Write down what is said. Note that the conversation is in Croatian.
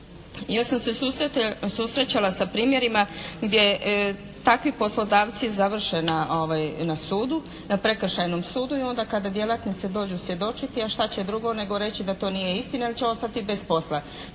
Ja sam se susretala sa primjerima gdje takvi poslodavci završe na sudu, na prekršajnom sudu i onda kada djelatnici dođu svjedočiti a šta će drugo nego reći da to nije istina jer će ostati bez posla,